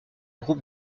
groupe